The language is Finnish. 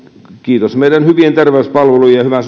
kiitos meidän hyvien terveyspalvelujemme ja